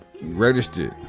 Registered